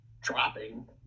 dropping